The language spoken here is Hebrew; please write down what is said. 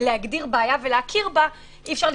אני לא מגן פה על שום עמדה בעניין אבל עדיין מותר,